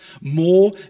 more